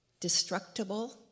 destructible